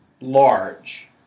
large